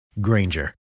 Granger